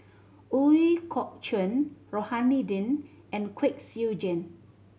Ooi Kok Chuen Rohani Din and Kwek Siew Jin